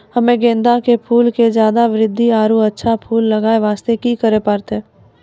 हम्मे गेंदा के फूल के जल्दी बृद्धि आरु अच्छा फूल लगय वास्ते की करे परतै?